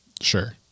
Sure